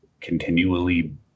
continually